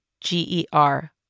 G-E-R